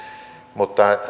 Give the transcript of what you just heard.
mutta